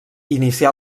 inicià